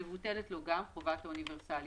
מבוטלת לו גם חובת האוניברסליות.